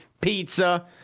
pizza